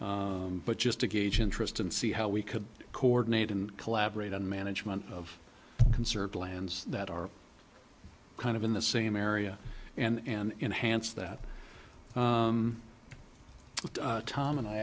but just to gauge interest and see how we could coordinate and collaborate on management of conserved lands that are kind of in the same area and enhanced that tom and i